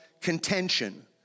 contention